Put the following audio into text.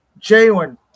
Jalen